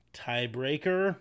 tiebreaker